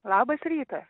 labas rytas